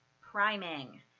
priming